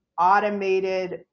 automated